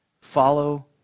Follow